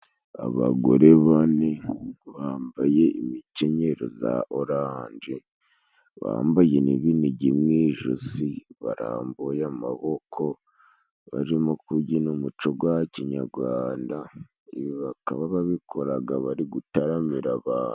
Abagore bane bambaye imikenyero za oranje bambaye n'ibinigi mu ijosi barambuye amaboko barimo kubyina umuco gwa kinyarwanda. Ibi bakaba babikoraga bari gutaramira abantu.